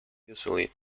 usually